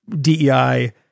DEI